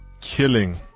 killing